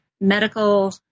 medical